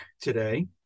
today